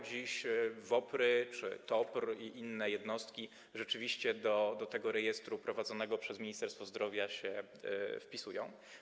Dziś WOPR-y czy TOPR i inne jednostki rzeczywiście do tego rejestru prowadzonego przez Ministerstwo Zdrowia się wpisują.